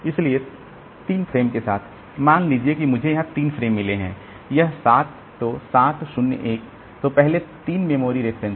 इसलिए 3 फ्रेम के साथ मान लीजिए कि मुझे यहाँ 3 फ्रेम मिले हैं यह 7 तो 7 0 1 तो पहले 3 मेमोरी रेफरेंस